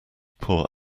poor